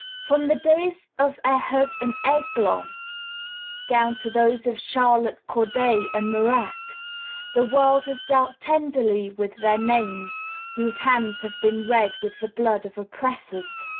from the days of ehud and eglon down to those of charlotte corday and marat, the world has dealt tenderly with their names whose hands have been red with the blood of oppressors.